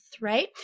right